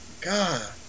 God